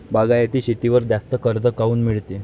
बागायती शेतीवर जास्त कर्ज काऊन मिळते?